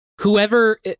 whoever